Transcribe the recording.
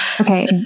okay